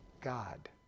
God